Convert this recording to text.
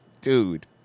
dude